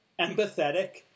empathetic